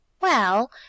Well